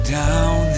down